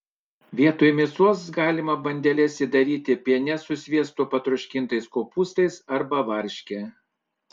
vietoj mėsos galima bandeles įdaryti piene su sviestu patroškintais kopūstais arba varške